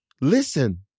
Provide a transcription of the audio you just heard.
Listen